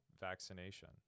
vaccination